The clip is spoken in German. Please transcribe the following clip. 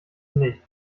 nicht